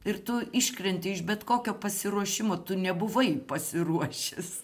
ir tu iškrenti iš bet kokio pasiruošimo tu nebuvai pasiruošęs